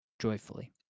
joyfully